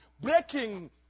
breaking